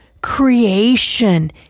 creation